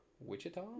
Wichita